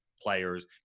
players